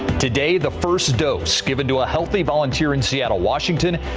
today, the first dose given to a healthy volunteer in seattle washington.